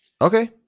Okay